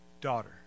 daughter